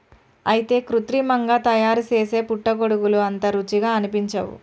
అయితే కృత్రిమంగా తయారుసేసే పుట్టగొడుగులు అంత రుచిగా అనిపించవు